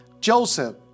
Joseph